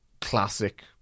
classic